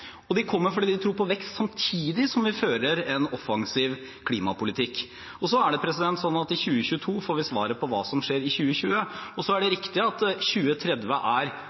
De kommer fordi de tror på vekst samtidig som vi fører en offensiv klimapolitikk. I 2022 får vi svaret på hva som skjer i 2020, og så er det riktig at 2030 er